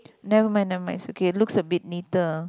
never mind never mind it's okay looks a bit neater ah